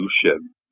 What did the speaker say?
solution